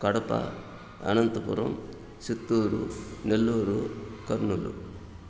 Kadapa Anantapuram Chittoor Nellore Kurnool